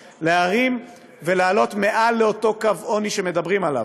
לעלות מעל אותו קו עוני שמדברים עליו.